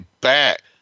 back